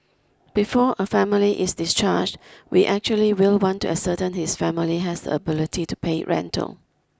before a family is discharged we actually will want to ascertain this family has the ability to pay rental